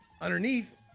Underneath